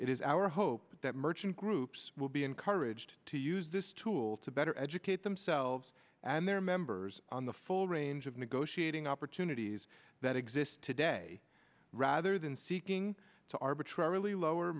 it is our hope that merchant groups will be encouraged to to use this tool to better educate themselves and their members on the full range of negotiating opportunities that exist today rather than seeking to arbitrarily lower